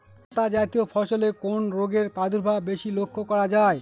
লতাজাতীয় ফসলে কোন রোগের প্রাদুর্ভাব বেশি লক্ষ্য করা যায়?